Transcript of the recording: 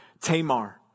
Tamar